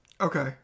Okay